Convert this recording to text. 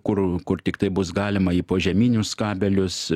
kur kur tiktai bus galima į požeminius kabelius